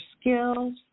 skills